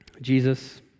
Jesus